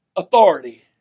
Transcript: authority